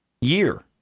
year